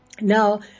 Now